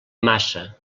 massa